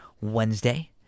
Wednesday